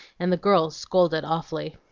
and the girls scolded awfully.